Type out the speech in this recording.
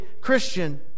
Christian